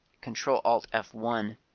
Control-Alt-F1